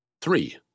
Three